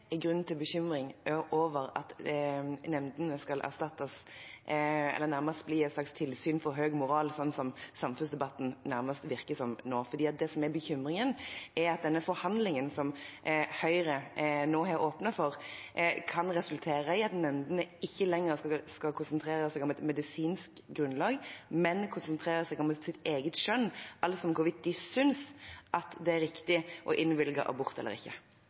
er grunn til bekymring over at nemndene skal erstattes – eller nærmest bli et slags tilsyn for høy moral, slik som det virker i samfunnsdebatten nå. Det som er bekymringen, er at denne forhandlingen som Høyre nå har åpnet for, kan resultere i at nemndene ikke lenger skal konsentrere seg om et medisinsk grunnlag, men om sitt eget skjønn – altså om hvorvidt de synes det er riktig å innvilge abort eller ikke.